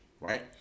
right